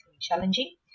challenging